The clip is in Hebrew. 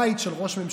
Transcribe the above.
בית של ראש ממשלה,